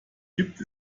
gibt